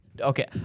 Okay